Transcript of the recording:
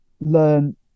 learn